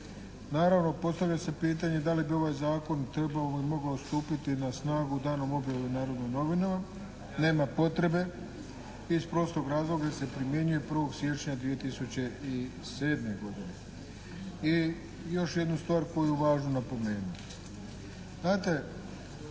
Naravno postavlja se pitanje da li bi ovaj zakon trebao ili mogao stupiti na snagu danom objave u "Narodnim novinama". Nema potrebe iz prostog razloga jer se primjenjuje od 1. siječnja 2007. godine. I još jednu stvar koju je važno napomenuti. Znate